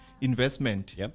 investment